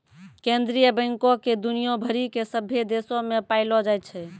केन्द्रीय बैंको के दुनिया भरि के सभ्भे देशो मे पायलो जाय छै